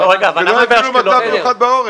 למה באשקלון לא?